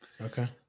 okay